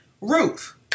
Ruth